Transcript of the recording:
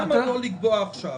למה לא לקבוע עכשיו